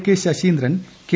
K Saseendran K